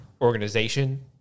organization